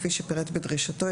כפי שפירט בדרישתו,